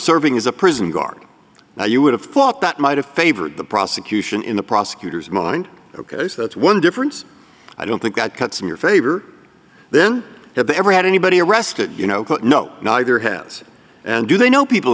serving as a prison guard now you would have thought that might have favored the prosecution in the prosecutor's mind ok so that's one difference i don't think got cuts in your favor then have they ever had anybody arrested you know no neither has and do they know people